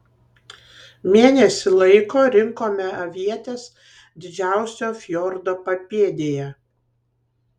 mėnesį laiko rinkome avietes didžiausio fjordo papėdėje